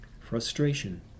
Frustration